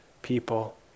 people